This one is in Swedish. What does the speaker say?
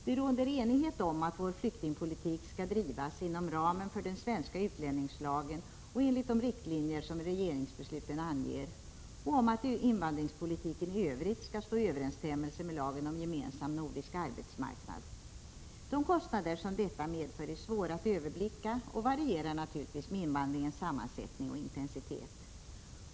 Det råder enighet om att vår flyktingpolitik skall drivas inom ramen för den svenska utlänningslagen och enligt de riktlinjer som regeringsbesluten anger, samt om att invandringspolitiken i övrigt skall stå i överensstämmelse med lagen om gemensam nordisk arbetsmarknad. De kostnader som detta medför är svåra att överblicka och varierar naturligtvis med invandringens sammansättning och intensitet.